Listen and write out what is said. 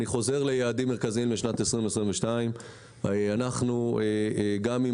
אני חוזר ליעדים מרכזיים לשנת 2022. גם עם